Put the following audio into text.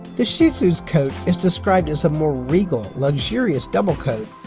the shih tzu's coat is described as a more regal, luxurious double coat,